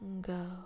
go